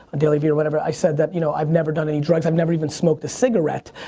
dailyvee or whatever i said that you know i've never done any drugs, i've never even smoked a cigarette.